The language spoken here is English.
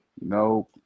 No